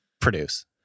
produce